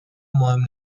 مهم